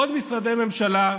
עוד משרדי ממשלה,